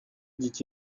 dit